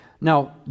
Now